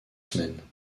semaines